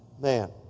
Man